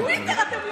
תודה.